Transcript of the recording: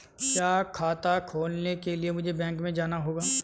क्या खाता खोलने के लिए मुझे बैंक में जाना होगा?